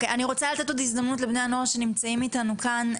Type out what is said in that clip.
אני רוצה לתת עוד הזדמנות לבני הנוער שנמצאים איתנו כאן,